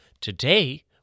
Today